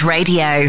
Radio